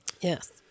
Yes